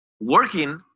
working